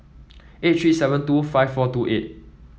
eight three seven two five four two eight